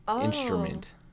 instrument